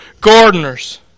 gardeners